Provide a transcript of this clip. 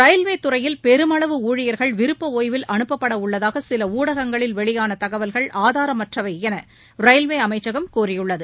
railway துறையில் பெருமளவு ஊழியர்கள் விருப்ப ஓய்வில் அனுப்பப்பட உள்ளதாக சில ஊடகங்களில் வெளியான தகவல்கள் ஆதாரமற்றவையென ரயில்வே அமைச்சகம் கூறியுள்ளது